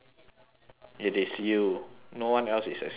it is you no one else is as skinny as you